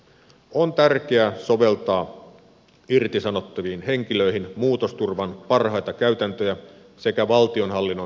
on tärkeää soveltaa irtisanottaviin henkilöihin muutosturvan parhaita käytäntöjä sekä valtionhallinnon henkilöstöpoliittisia periaatteita